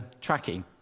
tracking